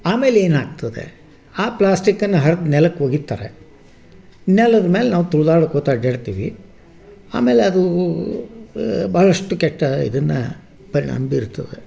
ಆಮೇಲೆ ಏನಾಗ್ತದೆ ಆ ಪ್ಲಾಸ್ಟಿಕ್ಕನ್ನು ಹರ್ದು ನೆಲಕ್ಕೆ ಒಗಿತಾರೆ ನೆಲದ ಮೇಲೆ ನಾವು ತುಳಿದಾಡ್ಕೊತ ಅಡ್ಡಾಡ್ತೀವಿ ಆಮೇಲೆ ಅದು ಭಾಳಷ್ಟು ಕೆಟ್ಟ ಇದನ್ನು ಪರಿಣಾಮ ಬೀರುತ್ತದೆ